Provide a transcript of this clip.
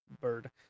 bird